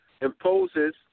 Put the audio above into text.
imposes